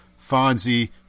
Fonzie